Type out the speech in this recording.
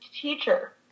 teacher